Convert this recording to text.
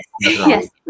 Yes